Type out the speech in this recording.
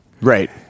Right